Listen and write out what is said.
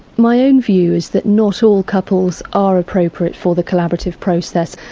my own view is that not all couples are appropriate for the collaborative process.